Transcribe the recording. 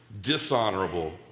dishonorable